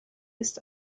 ist